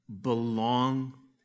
belong